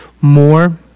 more